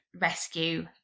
rescue